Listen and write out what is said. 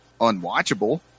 unwatchable